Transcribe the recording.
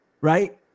right